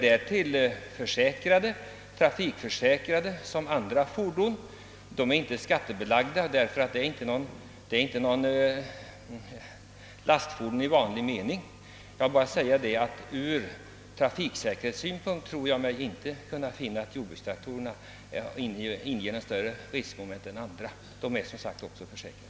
Därtill trafikförsäkrade i likhet med andra fordon. De är däremot inte skattebelagda, eftersom de inte är lastfordon i vanlig mening. Ur trafiksäkerhetssynpunkt kan jag alltså inte finna att jordbrukstraktorerna utgör någon större risk än andra fordon. De är ju också besiktigade liksom bilar. Det är en överdrift att påstå att jordbrukstraktorerna utgör någon speciell trafikfara.